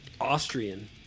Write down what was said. Austrian